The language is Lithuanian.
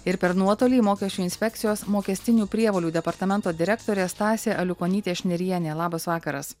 ir per nuotolį mokesčių inspekcijos mokestinių prievolių departamento direktorė stasė aliukonytė šnirienė labas vakaras